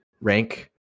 rank